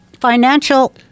Financial